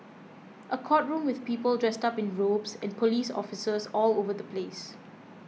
a courtroom with people dressed up in robes and police officers all over the place